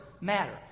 matter